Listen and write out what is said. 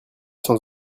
sans